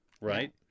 right